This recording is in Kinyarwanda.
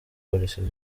polisi